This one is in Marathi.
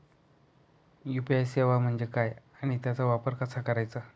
यू.पी.आय सेवा म्हणजे काय आणि त्याचा वापर कसा करायचा?